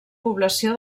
població